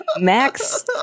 Max